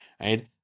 right